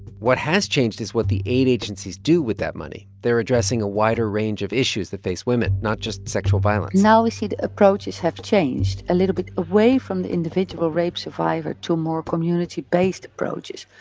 what has changed is what the aid agencies do with that money. they're addressing a wider range of issues that face women, not just sexual violence now we see approaches have changed a little bit away from the individual rape survivor to more community-based approaches.